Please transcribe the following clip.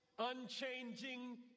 unchanging